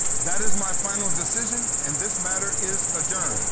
that is my final decision and this matter is adjourned